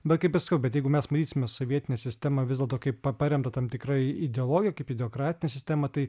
bet kaip aš sakau bet jeigu mes matysime sovietinę sistemą vis dėlto kaip pa paremtą tam tikra ideologija kaip ideokratinę sistemą tai